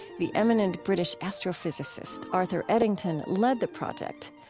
the eminent british astrophysicist arthur eddington led the project.